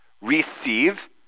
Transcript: receive